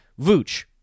Vooch